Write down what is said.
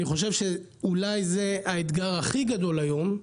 אני חושב שאולי זה האתגר הכי גדול היום,